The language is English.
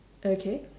okay